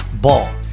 Ball